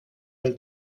del